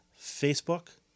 Facebook